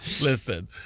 Listen